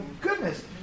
goodness